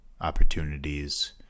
opportunities